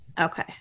Okay